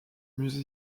musée